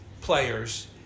players